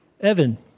Evan